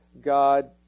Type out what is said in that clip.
God